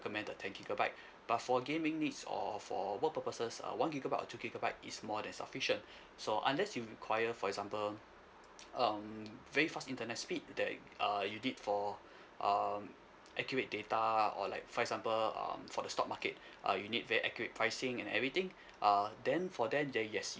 recommend the ten gigabyte but for gaming needs or for work purposes uh one gigabyte or two gigabyte is more than sufficient so unless you require for example um very fast internet speed that err you did for um accurate data or like for example um for the stock market uh you need very accurate pricing and everything err then for then then yes